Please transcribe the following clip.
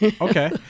Okay